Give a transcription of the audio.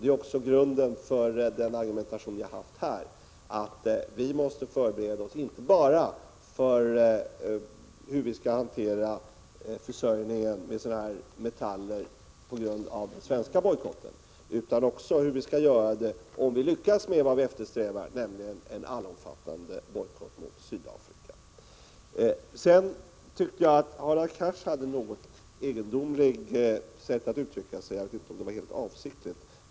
Det är grunden för min argumentation, dvs. att vi måste förbereda oss inte bara för hur vi skall hantera försörjningen med sådana här metaller på grund av den svenska bojkotten utan också för hur vi skall göra om det som vi eftersträvar lyckas, nämligen en allomfattande bojkott mot Sydafrika. Jag tycker att Hadar Cars hade ett något egendomligt sätt att uttrycka sig; jag vet inte om det var helt avsiktligt.